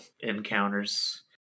encounters